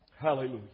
Hallelujah